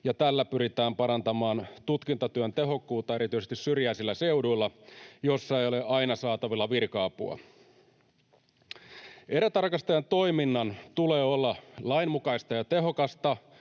ja tällä pyritään parantamaan tutkintatyön tehokkuutta erityisesti syrjäisillä seuduilla, joilla ei ole aina saatavilla virka-apua. Erätarkastajan toiminnan tulee olla lainmukaista ja tehokasta